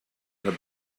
her